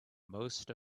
most